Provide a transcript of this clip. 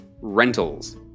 rentals